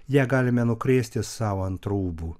ją galime nukrėsti sau ant rūbų